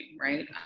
right